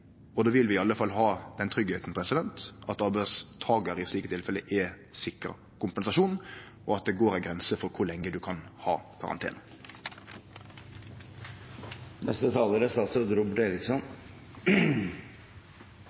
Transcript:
og då vil vi iallfall ha den tryggleiken at arbeidstakaren i slike tilfelle er sikra kompensasjon, og at det går ei grense for kor lenge ein kan ha karantene. Det som flere har vært inne på, er